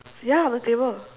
ya on the table